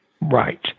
Right